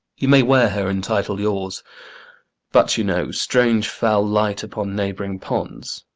you may wear her in title yours but you know strange fowl light upon neighbouring ponds.